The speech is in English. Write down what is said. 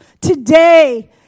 Today